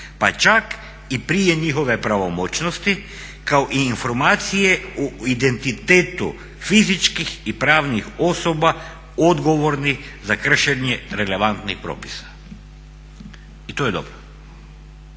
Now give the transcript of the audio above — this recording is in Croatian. pa čak i prije njihove pravomoćnosti, kao i informacije o identitetu fizičkih i pravnih osoba odgovornih za kršenje relevantnih propisa i to je dobro.